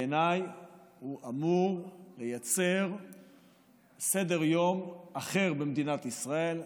בעיניי הוא אמור לייצר סדר-יום אחר במדינת ישראל,